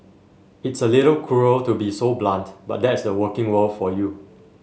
it's a little cruel to be so blunt but that's the working world for you